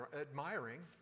admiring